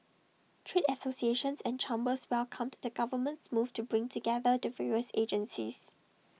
trade associations and chambers welcomed the government's move to bring together the various agencies